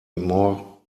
more